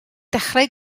dechrau